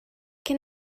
can